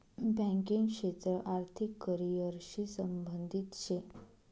banking क्षेत्र आर्थिक career शी संबंधित शे